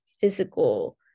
physical